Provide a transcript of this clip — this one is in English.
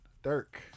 Dirk